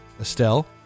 Estelle